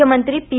मुख्यमंत्री पी